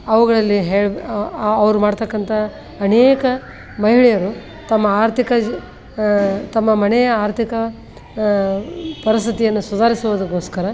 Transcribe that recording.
ಅವುಗಳಲ್ಲಿ ಹೇಳ ಅವರು ಮಾಡ್ತಕ್ಕಂತ ಅನೇಕ ಮಹಿಳೆಯರು ತಮ್ಮ ಆರ್ಥಿಕ ಜಿ ತಮ್ಮ ಮನೆಯ ಆರ್ಥಿಕ ಪರಿಸ್ಥಿತಿಯನ್ನು ಸುಧಾರಿಸೋದಕ್ಕೋಸ್ಕರ